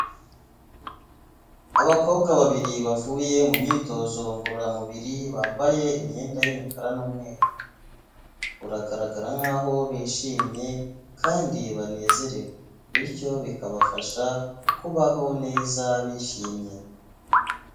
Abakobwa babiri bavuye mu myitozo ngororamubiri, bambaye imyenda y'imikara n'umweru, uragaragara nk'aho bishimye kandi banezerewe bityo bikabafasha kubaho neza bishimye.